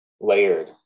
layered